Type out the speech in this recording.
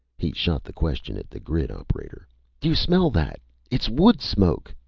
he shot the question at the grid operator. do you smell that? it's wood smoke!